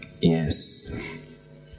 Yes